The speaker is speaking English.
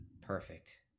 Perfect